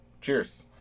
Cheers